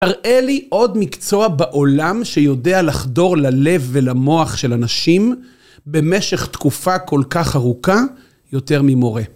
הראה לי עוד מקצוע בעולם שיודע לחדור ללב ולמוח של אנשים במשך תקופה כל כך ארוכה יותר ממורה.